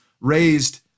raised